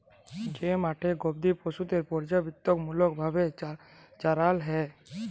যে মাঠে গবাদি পশুদের পর্যাবৃত্তিমূলক ভাবে চরাল হ্যয়